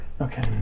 Okay